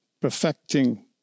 perfecting